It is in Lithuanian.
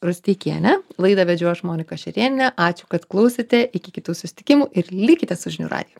rusteikiene laidą vedžiau aš monika šerėnienė ačiū kad klausėte iki kitų susitikimų ir likite su žinių radiju